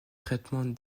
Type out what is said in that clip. traitements